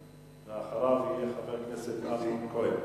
ואחריו, חבר הכנסת אמנון כהן.